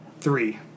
Three